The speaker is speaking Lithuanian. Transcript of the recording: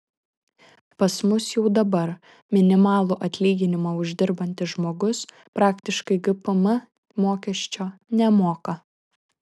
pas mus jau dabar minimalų atlyginimą uždirbantis žmogus praktiškai gpm mokesčio nemoka